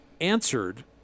answered